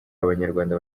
abanyarwanda